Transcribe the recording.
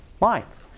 lines